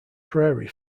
prairie